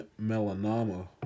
melanoma